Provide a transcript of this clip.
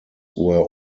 were